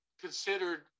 considered